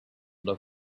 look